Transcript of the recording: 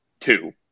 Two